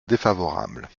défavorable